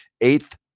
eighth